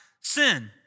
sin